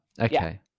okay